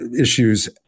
issues